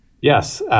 Yes